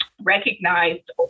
recognized